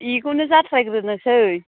बिखौनो जाथ्राय गोरनोसै